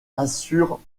assurent